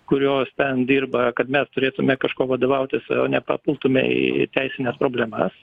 kurios ten dirba kad mes turėtume kažkuo vadovautis nepapultume į teisines problemas